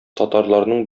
татарларның